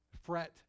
fret